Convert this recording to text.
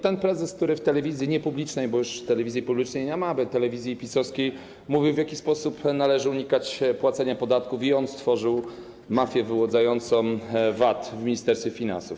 Ten prezes, który w telewizji nie publicznej, bo już telewizji publicznej nie ma, ale telewizji PiS-owskiej mówił, w jaki sposób należy unikać płacenia podatków, i on stworzył mafię wyłudzającą VAT w Ministerstwie Finansów.